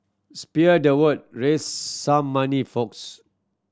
spear the word raise some money folks